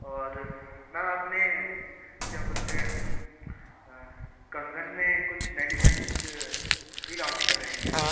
और मैम आपने क्या बोलते हैं कंगन में कुछ नए डिज़ाइंज़ भी लॉन्च कर रहे हैं क्या